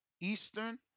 Eastern